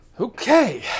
Okay